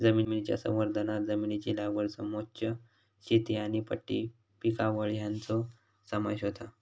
जमनीच्या संवर्धनांत जमनीची लागवड समोच्च शेती आनी पट्टी पिकावळ हांचो समावेश होता